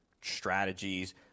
strategies